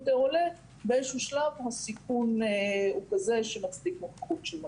באיזשהו שלב הסיכון הוא כזה שמצדיק נוכחות של מדריך.